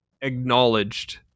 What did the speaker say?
acknowledged